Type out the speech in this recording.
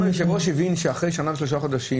גם היושב-ראש הבין שאחרי שנה ושלושה חודשים,